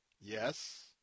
Yes